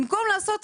מגיל 67,